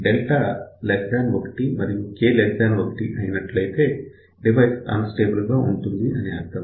1 మరియు k 1 అయినట్లయితే device unstable గా ఉంది అని అర్థం